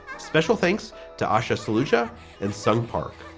special thanks to ushe soldier and son park.